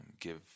give